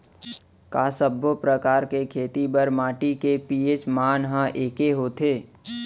का सब्बो प्रकार के खेती बर माटी के पी.एच मान ह एकै होथे?